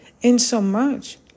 insomuch